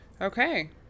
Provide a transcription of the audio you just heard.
Okay